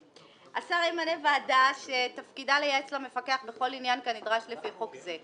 "השר ימנה ועדה שתפקידה לייעץ למפקח בכל עניין כנדרש לפי חוק זה.